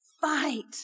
Fight